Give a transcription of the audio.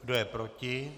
Kdo je proti?